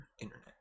internet